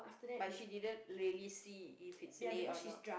but she didn't really see if it's Lay a not